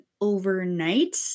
overnight